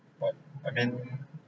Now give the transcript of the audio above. but I mean